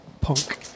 Punk